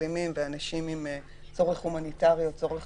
מחלימים ואנשים עם צורך הומניטרי או צורך